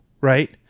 right